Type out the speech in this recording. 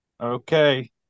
okay